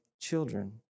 children